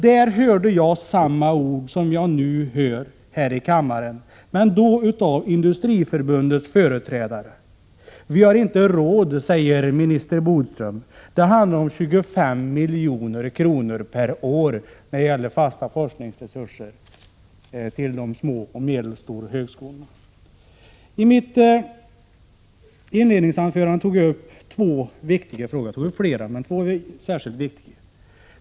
Där hörde jag samma ord som jag hörde nu här i kammaren, men då från Industriförbundets företrädare. Vi har inte råd, sade minister Bodström. När det gäller fasta forskningsresurser handlar det om 25 milj.kr. per år till de små och medelstora högskolorna! I mitt inledningsanförande tog jag upp två särskilt viktiga frågor.